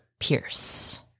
Pierce